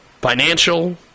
Financial